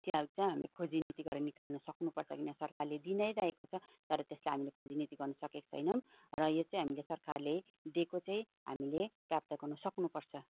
त्योहरू चाहिँ हामीले खोजीनिति गरेर हामीले निकाल्नु सक्नुपर्छ किनभने सरकारले दिई नै रहेको छ तर त्यसलाई हामीले खोजीनिति गर्नु सकेको छैनौँ र यो चाहिँ हामीले सरकारले दिएको चाहिँ हामीले प्राप्त गर्नु सक्नुपर्छ